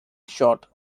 short